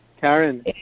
Karen